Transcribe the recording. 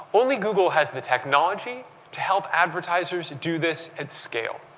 only google has the technology to help advertisers do this at scale.